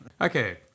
okay